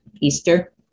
Easter